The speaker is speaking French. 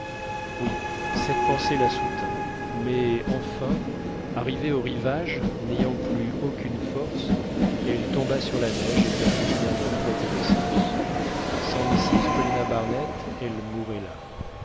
oui cette pensée la soutint mais enfin arrivée au rivage n'ayant plus aucune force elle tomba sur la neige et perdit une dernière fois connaissance sans mrs paulina barnett elle mourrait là